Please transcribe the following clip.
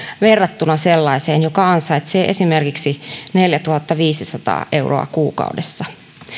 verrattuna sellaiseen joka ansaitsee esimerkiksi neljätuhattaviisisataa euroa kuukaudessa